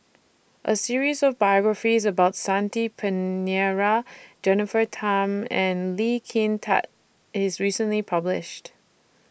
A series of biographies about Shanti Pereira Jennifer Tham and Lee Kin Tat IS recently published